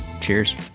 cheers